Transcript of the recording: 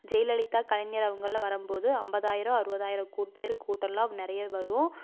ஜெயலலிதா கலைஞர் அவங்களெலாம் வரும்போது ஐம்பதாயிரம் அறுபதாயிரம் பேர் கூட்டலாம் நிறைய வரும்